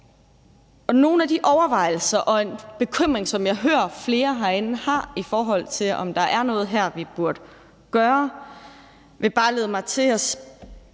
nogle af de overvejelser og den bekymring, som jeg også hører flere herinde har, i forhold til om der her er noget, vi burde gøre, leder mig bare